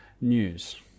news